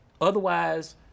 otherwise